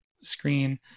screen